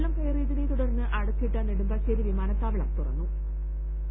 വെള്ളം കയറിയതിനെ തുടർന്ന് അടച്ചിട്ട നെടുമ്പാശേരി വിമാനത്താവളം തുറന്നിട്ടുണ്ട്